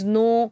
no